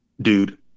dude